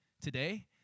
today